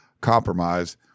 compromise